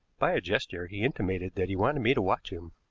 by a gesture he intimated that he wanted me to watch him.